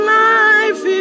life